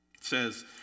says